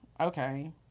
okay